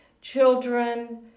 children